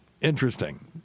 Interesting